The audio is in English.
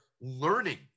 learning